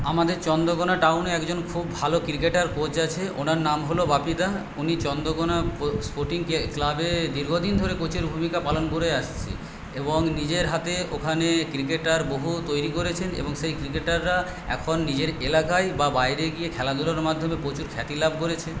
আমাদের চন্দ্রকোণা টাউনে একজন খুব ভালো ক্রিকেটার কোচ আছে ওনার নাম হলো বাপিদা উনি চন্দ্রকোণা স্পোর্টিং ক্লাবে দীর্ঘদিন ধরে কোচের ভূমিকা পালন করে আসছে এবং নিজের হাতে ওখানে ক্রিকেটার বহু তৈরি করেছেন এবং সেই ক্রিকেটাররা এখন নিজের এলাকায় বা বাইরে গিয়ে খেলাধুলোর মাধ্যমে প্রচুর খ্যাতিলাভ করেছে